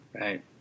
Right